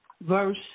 verse